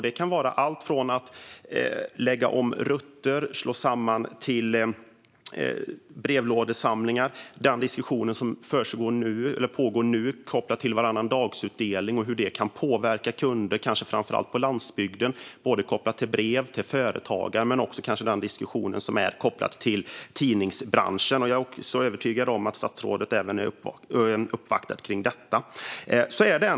Det kan vara allt från att lägga om rutter till att göra brevlådesamlingar. Det kan handla om den diskussion som nu pågår som är kopplad till varannandagsutdelning och hur det kan påverka kunder, kanske framför allt på landsbygden. Det kan gälla brev till företagare men kanske också den diskussion som är kopplad till tidningsbranschen. Jag är övertygad om att även statsrådet är uppvaktad om detta.